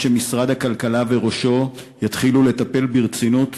שמשרד הכלכלה וראשו יתחילו לטפל ברצינות